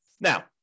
Now